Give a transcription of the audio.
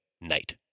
night